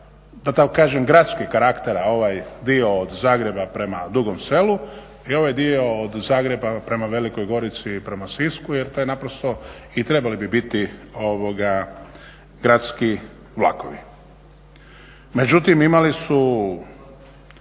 da tako kažem gradskih karaktera ovaj dio od Zagreba prema Dugom Selu i ovaj dio od Zagreba prema Velikoj Gorici i prema Sisku jer to je naprosto i trebali bi biti gradski vlakovi. Međutim, imali su